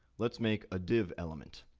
let's make a div element.